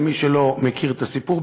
למי שלא מכיר את הסיפור,